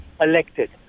elected